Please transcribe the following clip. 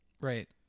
Right